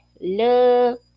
love